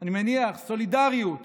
אני מניח, סולידריות